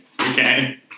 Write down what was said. okay